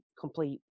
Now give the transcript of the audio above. complete